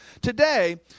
today